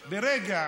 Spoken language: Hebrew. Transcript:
חקיקה.